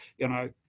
you know,